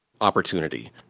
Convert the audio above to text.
opportunity